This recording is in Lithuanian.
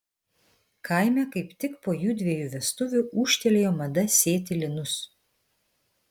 kaime kaip tik po jųdviejų vestuvių ūžtelėjo mada sėti linus